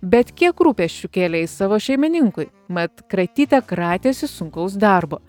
bet kiek rūpesčių kėlė jis savo šeimininkui mat kratyte kratėsi sunkaus darbo